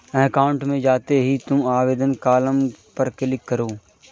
account में जाते ही तुम आवेदन कॉलम पर क्लिक करो